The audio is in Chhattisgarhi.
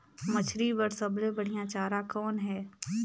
मछरी बर सबले बढ़िया चारा कौन हे?